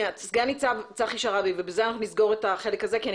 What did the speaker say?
סגן ניצב צחי שרעבי ובזה אנחנו נסגור את החלק הזה כי אני